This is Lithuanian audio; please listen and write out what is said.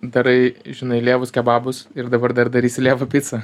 darai žinai lievus kebabus ir dabar dar darysi lievą picą